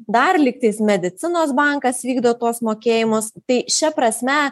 dar lygtais medicinos bankas vykdo tuos mokėjimus tai šia prasme